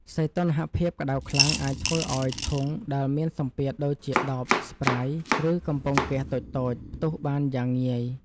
សីតុណ្ហភាពក្តៅខ្លាំងអាចធ្វើឱ្យធុងដែលមានសម្ពាធដូចជាដបស្ព្រៃយ៍ ឬកំប៉ុងហ្គាសតូចៗផ្ទុះបានយ៉ាងងាយ។